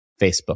Facebook